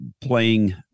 playing